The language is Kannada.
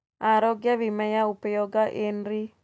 ಆರೋಗ್ಯ ವಿಮೆಯ ಉಪಯೋಗ ಏನ್ರೀ?